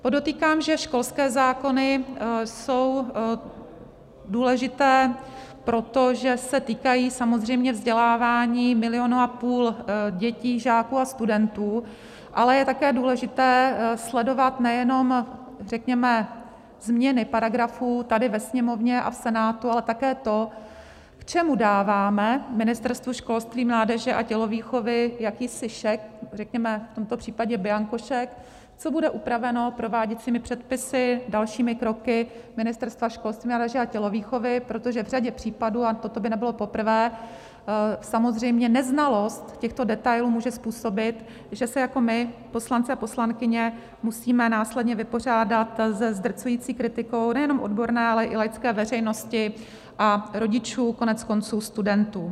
Podotýkám, že školské zákony jsou důležité proto, že se týkají samozřejmě vzdělávání milionu a půl dětí, žáků a studentů, ale je také důležité sledovat nejenom, řekněme, změny paragrafů tady ve Sněmovně a v Senátu, ale také to, k čemu dáváme Ministerstvu školství, mládeže a tělovýchovy jakýsi šek, řekněme v tomto případě bianko šek, co bude upraveno prováděcími předpisy, dalšími kroky Ministerstva školství, mládeže a tělovýchovy, protože v řadě případů, a toto by nebylo poprvé, samozřejmě neznalost těchto detailů může způsobit, že se jako my, poslanci a poslankyně, musíme následně vypořádat se zdrcující kritikou nejenom odborné, ale i laické veřejnosti a rodičů, koneckonců studentů.